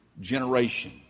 generation